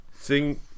Sing